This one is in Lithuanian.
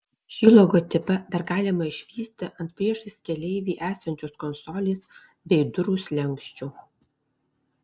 šį logotipą dar galima išvysti ant priešais keleivį esančios konsolės bei durų slenksčių